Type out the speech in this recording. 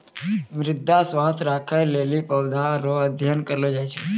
मृदा स्वास्थ्य राखै लेली पौधा रो अध्ययन करलो जाय छै